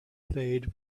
played